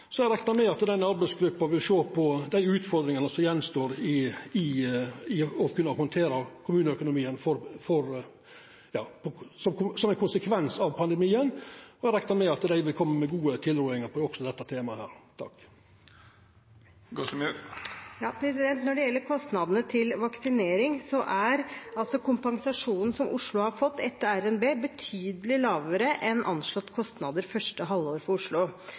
Eg reknar med at arbeidsgruppa vil sjå på utfordringane som står att for å kunna handtera kommuneøkonomien som ein konsekvens av pandemien, og eg reknar med at dei vil koma med gode tilrådingar også på dette temaet. Når det gjelder kostnadene til vaksinering, er kompensasjonen som Oslo har fått etter RNB, betydelig lavere enn anslåtte kostnader for Oslo i første halvår.